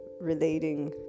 relating